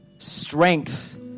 strength